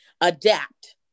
adapt